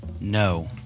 No